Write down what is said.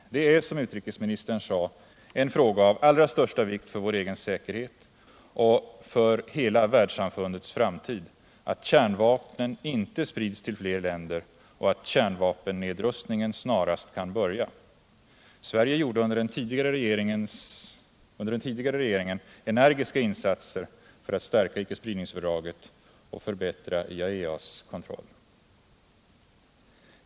Det är, som utrikesministern sade, en fråga av allra största vikt för vår egen säkerhet och för hela världssamfundets framtid, att kärnvapnen inte sprids till fler länder och att kärnvapennedrustningen snarast kan börja. Sverige gjorde under den tidigare regeringen energiska insatser för att stärka icke-spridningsfördraget och förbättra IAEA:s kontroll.